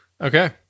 okay